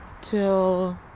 till